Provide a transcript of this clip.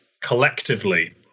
collectively